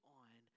on